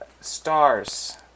Stars